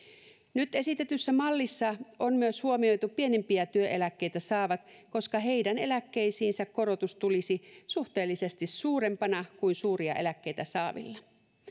nyt esitetyssä mallissa on huomioitu myös pienimpiä työeläkkeitä saavat koska heidän eläkkeisiinsä korotus tulisi suhteellisesti suurempana kuin suuria eläkkeitä saavilla